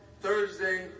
Thursday